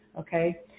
okay